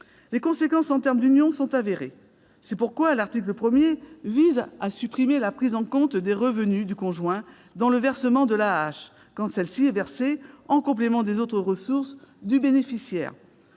Les conséquences en termes d'unions sont avérées. C'est pourquoi l'article 1du texte vise à supprimer la prise en compte des revenus du conjoint dans le versement de l'AAH quand celle-ci est versée en complément des autres ressources du bénéficiaire.